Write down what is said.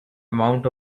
amount